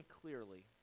clearly